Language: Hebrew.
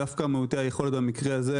דווקא מעוטי היכולת במקרה הזה,